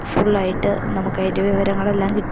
full ആയിട്ട് നമുക്ക് അതിൻ്റെ വിവരങ്ങളെല്ലാം കിട്ടും